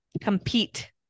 compete